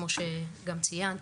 כמו שגם ציינת,